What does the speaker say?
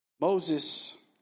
Moses